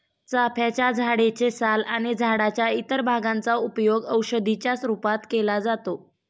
चाफ्याच्या झाडे चे साल आणि झाडाच्या इतर भागांचा उपयोग औषधी च्या रूपात केला जातो